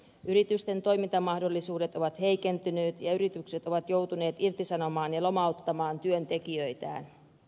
yritysten toimintamahdollisuudet ovat heikentyneet ja yritykset ovat joutuneet irtisanomaan ja lomauttamaan työntekijöitään